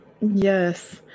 yes